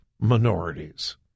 minorities